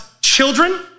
children